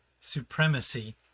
supremacy